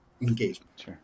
engagement